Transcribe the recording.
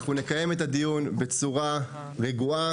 אנחנו נקיים את הדיון בצורה רגועה.